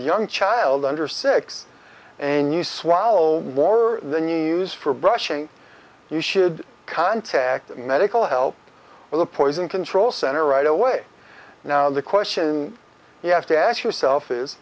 young child under six and you swallow more then use for brushing you should contact medical help or the poison control center right away now the question you have to ask yourself is